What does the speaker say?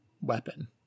weapon